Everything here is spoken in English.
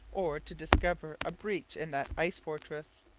or to discover a breach in that ice-fortress.